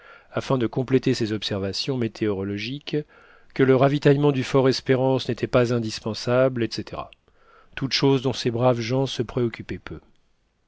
afin de compléter ses observations météorologiques que le ravitaillement du fort espérance n'était pas indispensable etc toutes choses dont ces braves gens se préoccupaient peu